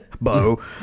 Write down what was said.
Bo